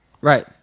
Right